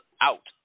out